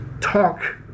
talk